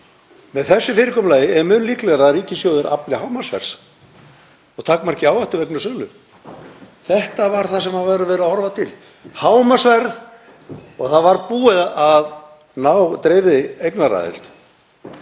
Með þessu fyrirkomulagi er mun líklegra að ríkissjóður afli hámarksverðs og takmarki áhættu vegna sölu. Þetta var það sem verið var að horfa til, hámarksverð, og það var búið að ná dreifðri eignaraðild.